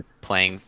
playing-